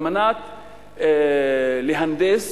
כדי להנדס